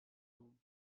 room